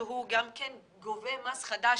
שהוא גם כן גובה מס חדש,